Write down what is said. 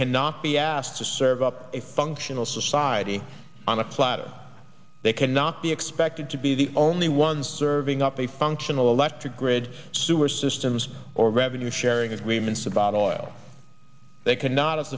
cannot be asked to serve up a functional society on a platter they cannot be expected to be the only ones serving up a functional electric grid sewer systems or revenue sharing agreements about oil they cannot